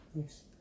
Yes